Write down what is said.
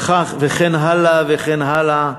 וכן הלאה וכן הלאה,